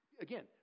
Again